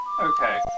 Okay